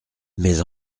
mais